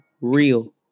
real